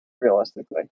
realistically